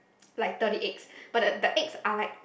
like thirty eggs but the eggs are like